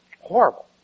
Horrible